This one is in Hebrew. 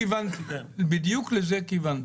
בדיוק לזה כיוונתי.